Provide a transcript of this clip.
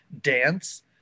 dance